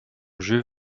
jeux